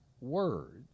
words